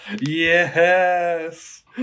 Yes